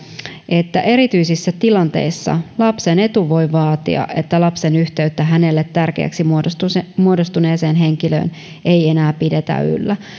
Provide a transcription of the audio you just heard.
että erityisissä tilanteissa lapsen etu voi vaatia että lapsen yhteyttä hänelle tärkeäksi muodostuneeseen muodostuneeseen henkilöön ei enää pidetä yllä